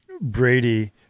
Brady